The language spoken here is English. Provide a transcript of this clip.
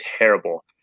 terrible